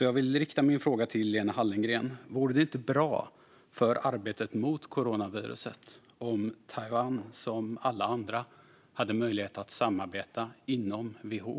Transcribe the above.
Jag vill rikta min fråga till Lena Hallengren: Vore det inte bra för arbetet mot coronaviruset om Taiwan som alla andra hade möjlighet att samarbeta inom WHO?